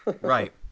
Right